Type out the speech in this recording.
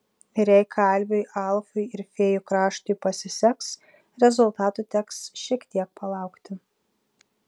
ir jei kalviui alfui ir fėjų kraštui pasiseks rezultatų teks šiek tiek palaukti